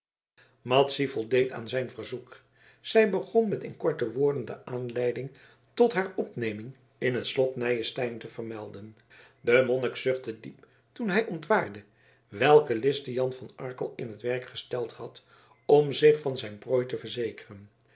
madzy voldeed aan zijn verzoek zij begon met in korte woorden de aanleiding tot haar opneming in t slot nyenstein te vermelden de monnik zuchtte diep toen hij ontwaarde welke listen jan van arkel in t werk gesteld had om zich van zijn prooi te verzekeren